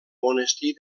monestir